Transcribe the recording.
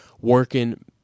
working